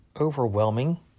overwhelming